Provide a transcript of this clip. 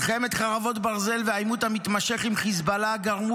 מלחמת חרבות ברזל והעימות המתמשך עם חיזבאללה גרמו